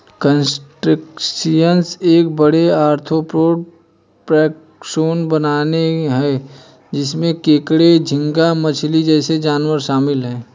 crustaceans एक बड़े, arthropod taxon बनाते हैं जिसमें केकड़े, झींगा मछली जैसे जानवर शामिल हैं